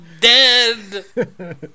dead